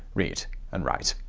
read and write.